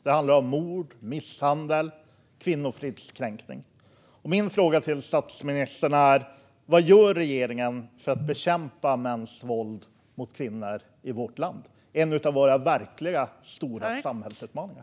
Det handlar om mord, misshandel och kvinnofridskränkning. Min fråga till statsministern är: Vad gör regeringen för att bekämpa mäns våld mot kvinnor i vårt land? Det är en av våra verkligt stora samhällsutmaningar.